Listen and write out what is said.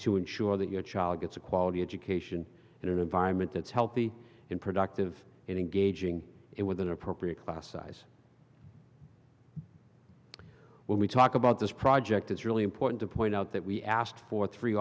to ensure that your child gets a quality education in an environment that's healthy and productive in engaging it with an appropriate class size when we talk about this project is really important to point out that we asked for three